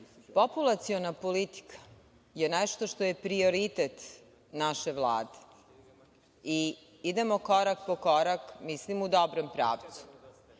populaciona politika je nešto što je prioritet naše Vlade. Idemo korak po korak, mislim u dobrom pravcu.